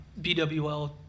BWL